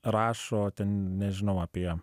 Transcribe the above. rašo ten nežinau apie